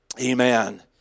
Amen